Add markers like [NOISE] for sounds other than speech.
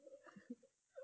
[LAUGHS]